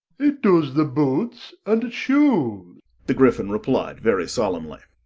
it does the boots and shoes the gryphon replied very solemnly.